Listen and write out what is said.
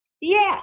Yes